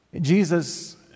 Jesus